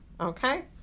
okay